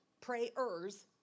prayers